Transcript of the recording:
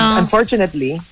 unfortunately